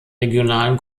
regionalen